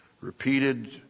repeated